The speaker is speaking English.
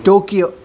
Tokyo